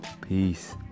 Peace